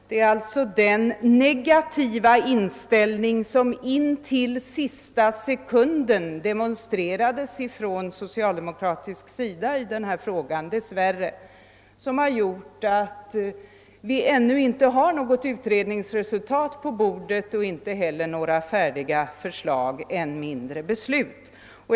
Det är alltså den negativa inställning som intill sista sekunden demonstrerades ifrån socialdemokratisk sida som dess värre har gjort att vi ännu inte har något utredningsresultat på bordet och inie heller några färdiga förslag, än mindre beslut.